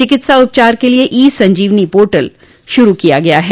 चिकित्सा उपचार के लिए ई संजीवनी पोर्टल शुरू किया गया है